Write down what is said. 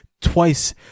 twice